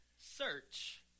search